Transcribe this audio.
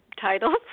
titles